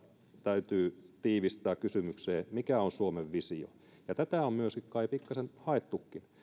täytyy tiivistää kysymykseen mikä on suomen visio tätä on kai pikkasen haettukin